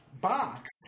Box